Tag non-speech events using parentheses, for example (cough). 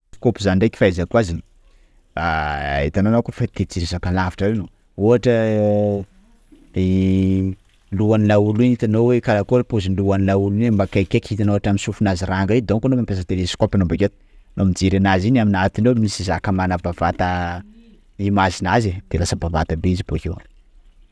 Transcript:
Teleskaopy zany ndreka fahaizako azy; itanao anao kôfa te hijery zaka alavitra reny, ohatra (hesitation) lohan'ny laolo iny itanao hoe karakory paozin'ny lohan'ny laolo iny mba akaikikaiky itanao hatramin'ny sofinazy ranga iny donc anao mampiasa teleskopy anao bakeo, anao mijery anazy iny anatiny ao misy zaka manabavata imagenazy e! _x000D_ De lasa bavata be izy bokeo.